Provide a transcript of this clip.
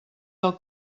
del